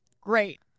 great